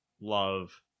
love